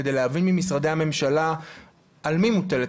כדי להבין ממשרדי הממשלה על מי מוטלת